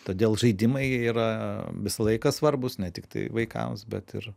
todėl žaidimai yra visą laiką svarbūs ne tiktai vaikams bet ir